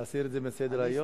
להסיר את זה מסדר-היום?